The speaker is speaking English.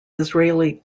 israeli